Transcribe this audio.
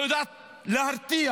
לא יודעת להרתיע,